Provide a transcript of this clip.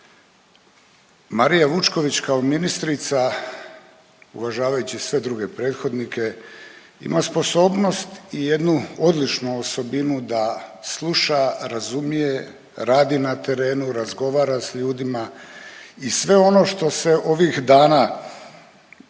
Marija Vučković kao ministrica, uvažavajući sve druge prethodnike, ima sposobnost i jednu odličnu osobinu da sluša, razumije, radi na terenu, razgovara sa ljudima i sve ono što se ovih dana kroz